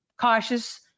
cautious